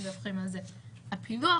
הם ידווחו פעם בחודש על אותה תקופה פר יום,